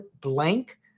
blank